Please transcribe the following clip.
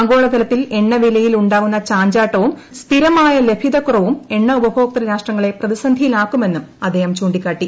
ആഗോളതലത്തിൽ എണ്ണവിലയിൽ ഉണ്ടാകുന്ന ചാഞ്ചാട്ടവും സ്ഥിരമായ ലഭ്യതക്കുറവും എണ്ണ ഉപഭോക്തൃ രാഷ്ട്രങ്ങളെ പ്രതിസന്ധിയില്ലാക്കുമെന്നും അദ്ദേഹം ചൂണ്ടിക്കാട്ടി